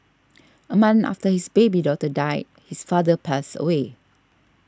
a month after his baby daughter died his father passed away